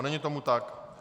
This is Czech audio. Není tomu tak.